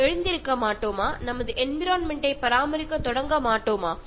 നമുക്ക് നമ്മുടെ പ്രകൃതിക്കായി ഉണർന്നു പ്രവർത്തിക്കേണ്ടതല്ലേ